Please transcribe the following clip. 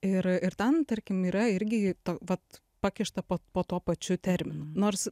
ir ir ten tarkim yra irgi vat pakišta po po tuo pačiu terminu nors